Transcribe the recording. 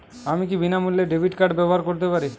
আমি কি বিনামূল্যে ডেবিট কার্ড ব্যাবহার করতে পারি?